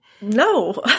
No